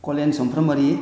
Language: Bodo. कलेन सुमफ्रामारि